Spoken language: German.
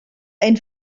ein